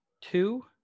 two